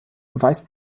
weist